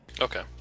Okay